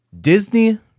Disney